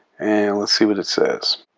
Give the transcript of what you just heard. and let's see what it says.